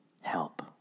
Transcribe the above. help